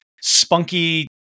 spunky